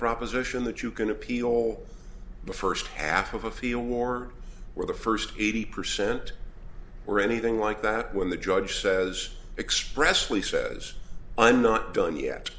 proposition that you can appeal the first half of a field war or the first eighty percent or anything like that when the judge says expressly says i'm not done yet